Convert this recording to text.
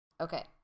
Okay